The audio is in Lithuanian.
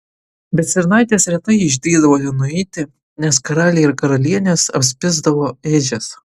bet stirnaitės retai išdrįsdavo ten nueiti nes karaliai ir karalienės apspisdavo ėdžias